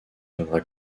viendra